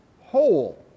whole